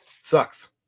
sucks